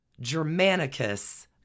Germanicus